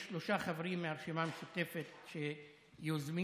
שלושה חברים מהרשימה המשותפת יוזמים,